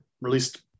released